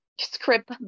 script